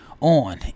On